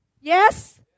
Yes